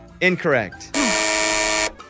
Incorrect